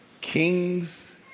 kings